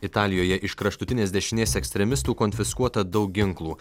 italijoje iš kraštutinės dešinės ekstremistų konfiskuota daug ginklų